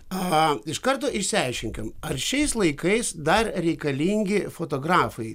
a iš karto išsiaiškinkim ar šiais laikais dar reikalingi fotografai